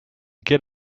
get